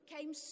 came